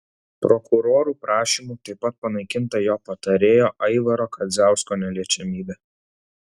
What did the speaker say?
prokurorų prašymu taip pat panaikinta jo patarėjo aivaro kadziausko neliečiamybė